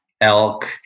elk